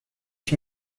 ich